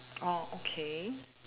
oh okay